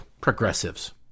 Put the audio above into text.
progressives